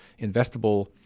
investable